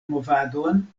movadon